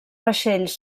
vaixells